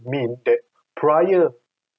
mean that prior